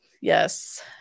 yes